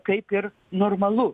kaip ir normalu